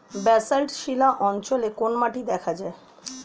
Basalt শিলা অঞ্চলে কোন মাটি দেখা যায়?